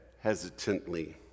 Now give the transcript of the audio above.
hesitantly